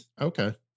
Okay